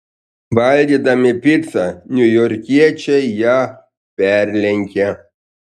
valgydami picą niujorkiečiai ją perlenkia